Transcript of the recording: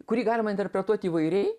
kurį galima interpretuot įvairiai